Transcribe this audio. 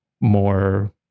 more